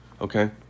Okay